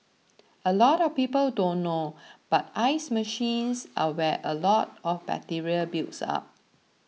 a lot of people don't know but ice machines are where a lot of bacteria builds up